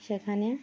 সেখানে